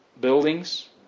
buildings